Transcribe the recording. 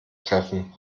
treffen